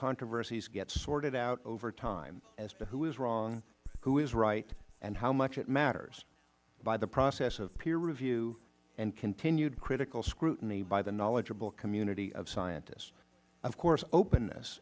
controversies get sorted out over time as to who is wrong who is right and how much it matters by the process of peer review and continued critical scrutiny by the knowledgeable community of scientists of course openness